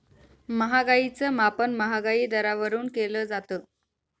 महागाईच मापन महागाई दरावरून केलं जातं